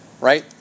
right